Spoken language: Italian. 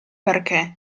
perché